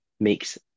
makes